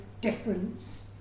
difference